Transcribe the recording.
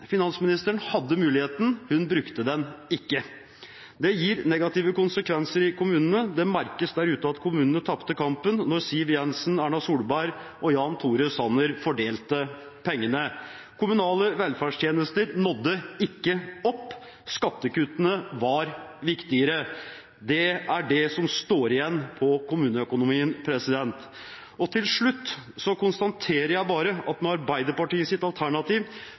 Finansministeren hadde muligheten, hun brukte den ikke. Det gir negative konsekvenser i kommunene. Det merkes der ute at kommunene tapte kampen da Siv Jensen, Erna Solberg og Jan Tore Sanner fordelte pengene. Kommunale velferdstjenester nådde ikke opp, skattekuttene var viktigere. Det er det som står igjen på kommuneøkonomien. Til slutt konstaterer jeg bare at med Arbeiderpartiets alternativ